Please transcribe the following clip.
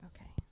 okay